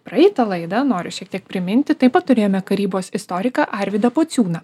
praeitą laidą noriu šiek tiek priminti taip pat turėjome karybos istoriką arvydą pociūną